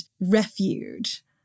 refuge